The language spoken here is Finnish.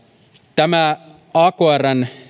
tämä akrn